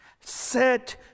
Set